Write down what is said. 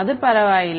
அது பரவாயில்லை